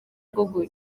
rwo